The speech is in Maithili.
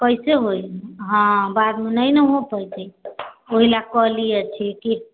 कइसे होइ हँ बाद मे नहि ने हो पैते ओहिलए कहली अछि की